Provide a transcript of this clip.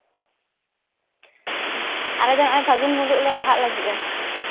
ᱟᱞᱮ ᱫᱚ ᱦᱟᱸᱜᱼᱟᱭ ᱯᱷᱟᱹᱜᱩᱱ ᱢᱩᱞᱩᱜ ᱞᱮ ᱵᱟᱦᱟᱜ ᱞᱟᱹᱜᱤᱫᱼᱟ